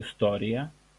istoriją